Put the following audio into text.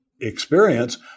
experience